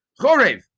Chorev